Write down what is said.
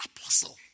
apostle